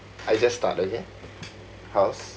I just start okay how's